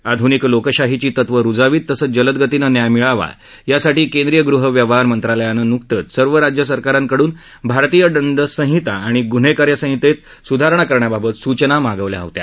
आध्निक लोकशाहीची तत्व रुजावीत तसंच जलदगतीनं न्याय मिळावा यासाठी केंद्रीय गृह व्यवहार मंत्रालयानं नुकतंच सर्व राज्य सरकारांकडून भारतीय दंड संहिता आणि गून्हे कार्यसंहितेत सुधारणा करण्याबाबत सूचना मागवल्या होत्या